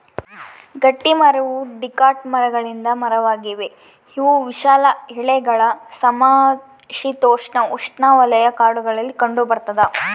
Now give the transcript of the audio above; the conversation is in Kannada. ಗಟ್ಟಿಮರವು ಡಿಕಾಟ್ ಮರಗಳಿಂದ ಮರವಾಗಿದೆ ಇವು ವಿಶಾಲ ಎಲೆಗಳ ಸಮಶೀತೋಷ್ಣಉಷ್ಣವಲಯ ಕಾಡುಗಳಲ್ಲಿ ಕಂಡುಬರ್ತದ